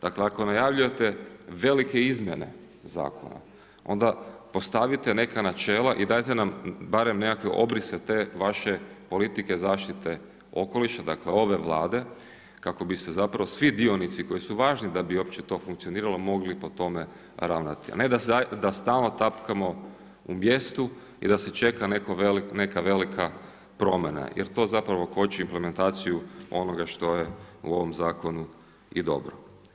Dakle ako najavljujete velike izmjene zakona onda postavite neka načela i dajte nam barem nekakve obrise te vaše politike zaštite okoliša, dakle ove Vlade kako bi se svi dionici koji su važni da bi to uopće funkcioniralo moglo po tome ravnati, a ne da stalno tapkamo u mjestu i da se čeka neka velika promjena jer to koči implementaciju onoga što je u ovom zakonu i dobro.